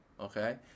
okay